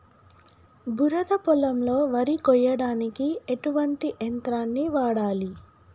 బురద పొలంలో వరి కొయ్యడానికి ఎటువంటి యంత్రాన్ని వాడాలి?